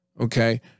Okay